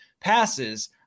passes